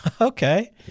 Okay